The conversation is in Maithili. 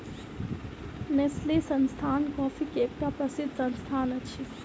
नेस्ले संस्थान कॉफ़ी के एकटा प्रसिद्ध संस्थान अछि